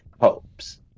hopes